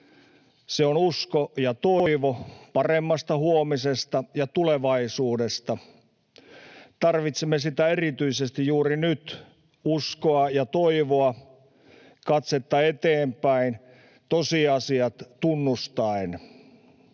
Se on usko ja toivo paremmasta huomisesta ja tulevaisuudesta. Tarvitsemme sitä erityisesti juuri nyt, uskoa ja toivoa, katsetta eteenpäin tosiasiat tunnustaen.